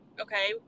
Okay